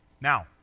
now